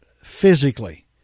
physically